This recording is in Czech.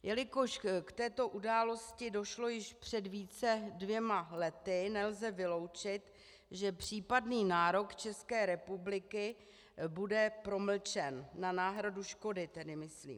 Jelikož k této události došlo již před více než dvěma lety, nelze vyloučit, že případný nárok České republiky bude promlčen, na náhradu škody tedy myslím.